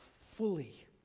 fully